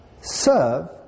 serve